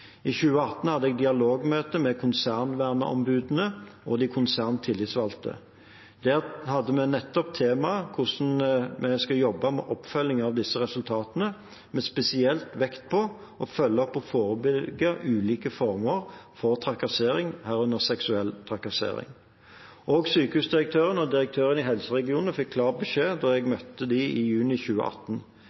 I 2018 hadde jeg dialogmøte med konsernverneombudene og de konserntillitsvalgte. Der hadde vi som tema nettopp hvordan vi skulle jobbe med oppfølgingen av resultatene, spesielt med vekt på å følge opp og forebygge ulike former for trakassering, herunder seksuell trakassering. Også sykehusdirektørene og direktørene i helseregionene fikk klar beskjed da jeg møtte dem i juni 2018.